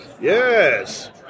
yes